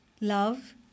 love